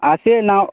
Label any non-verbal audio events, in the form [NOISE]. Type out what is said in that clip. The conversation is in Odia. [UNINTELLIGIBLE]